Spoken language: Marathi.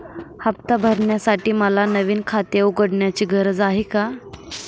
हफ्ता भरण्यासाठी मला नवीन खाते उघडण्याची गरज आहे का?